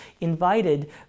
invited